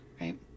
Right